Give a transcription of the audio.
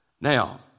Now